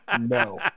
No